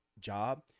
job